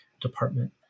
department